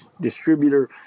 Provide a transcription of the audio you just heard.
distributor